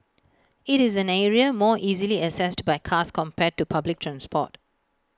IT is an area more easily accessed by cars compared to public transport